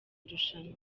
irushanwa